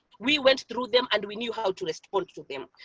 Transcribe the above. we went through them and we knew how to respond to them.